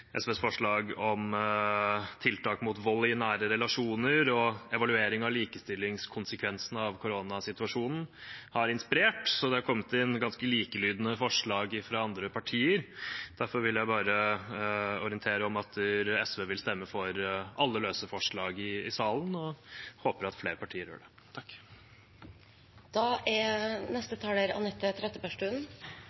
SVs forslag om tiltak mot vold i nære relasjoner og evaluering av likestillingskonsekvensene av koronasituasjonen har inspirert, så det har kommet inn ganske likelydende forslag fra andre partier. Derfor vil jeg orientere om at SV vil stemme for alle løse forslag i salen, og håper at flere partier gjør det.